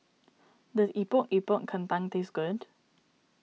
does Epok Epok Kentang taste good